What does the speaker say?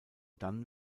dann